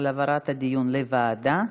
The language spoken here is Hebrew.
על העברת הדיון לוועדה.